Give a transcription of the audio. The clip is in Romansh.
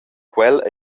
quel